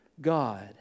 God